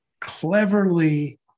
cleverly